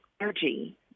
energy